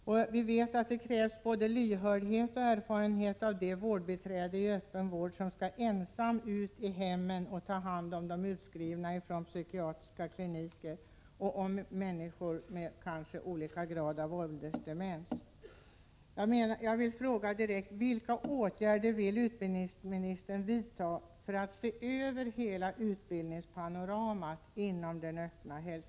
Vi vet dessutom att det krävs både lyhördhet och erfarenhet av de vårdbiträden i den öppna hemsjukvården som ensamma skall ta hand om utskrivna från psykiatriska kliniker och om människor med olika grad av åldersdemens.